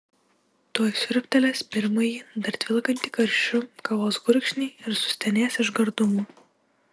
tuoj siurbtelės pirmąjį dar tvilkantį karščiu kavos gurkšnį ir sustenės iš gardumo